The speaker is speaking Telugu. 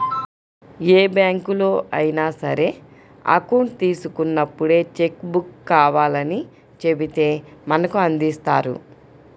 ఏ బ్యాంకులో అయినా సరే అకౌంట్ తీసుకున్నప్పుడే చెక్కు బుక్కు కావాలని చెబితే మనకు వాళ్ళు అందిస్తారు